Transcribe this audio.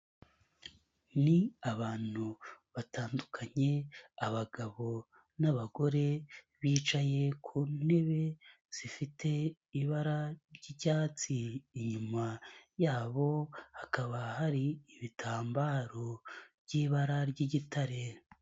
Ni abantu batandukanye, abagabo n'abagore bicaye ku ntebe zifite ibara ry'icyatsi, inyuma yabo hakaba hari ibitambaro by'ibara ry'igitare.